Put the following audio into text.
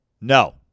No